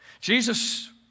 Jesus